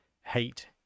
hate